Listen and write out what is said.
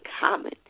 common